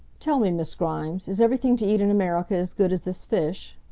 tell me, miss grimes, is everything to eat in america as good as this fish?